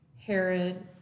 Herod